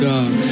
God